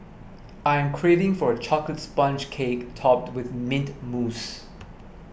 I am craving for a Chocolate Sponge Cake Topped with Mint Mousse